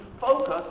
focus